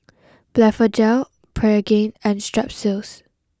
Blephagel Pregain and Strepsils